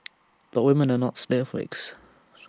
but women are not snowflakes